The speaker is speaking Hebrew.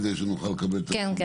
קודם כל